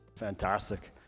Fantastic